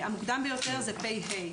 המוקדם ביותר זה תשפ"ה.